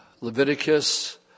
Leviticus